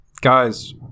guys